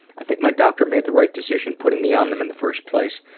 i think my doctor made the right decision putting me on them in the first place,